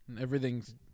Everything's